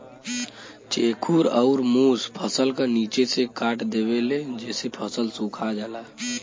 चेखुर अउर मुस फसल क निचे से काट देवेले जेसे फसल सुखा जाला